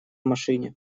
машине